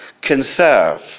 conserve